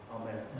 Amen